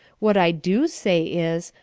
what i do say is,